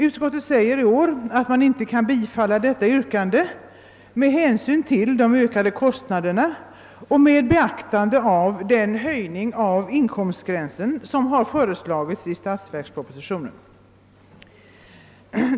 Utskottet säger att man icke kan tillstyrka detta yrkande med hänsyn till de ökade kostnaderna och med beaktande av den höjning av inkomstgränsen som föreslagits i statsverkspropositionen.